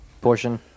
portion